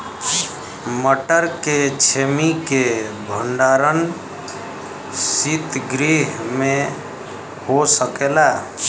मटर के छेमी के भंडारन सितगृह में हो सकेला?